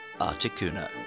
Articuno